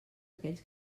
aquells